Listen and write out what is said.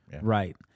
Right